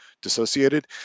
dissociated